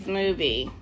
movie